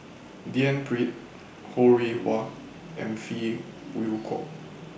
D N Pritt Ho Rih Hwa and Phey Yew Kok